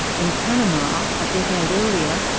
in panama, a decade earlier,